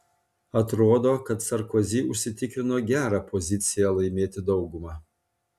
atrodo kad sarkozy užsitikrino gerą poziciją laimėti daugumą